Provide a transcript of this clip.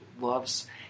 loves